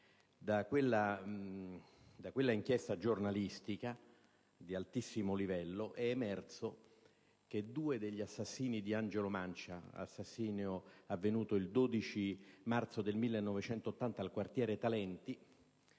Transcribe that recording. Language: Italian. Da quella inchiesta giornalistica di altissimo livello è emerso che due degli assassini di Angelo Mancia, militante di destra ucciso il 12 marzo 1980 nel quartiere Talenti,